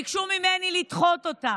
ביקשו ממני לדחות אותה.